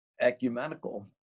ecumenical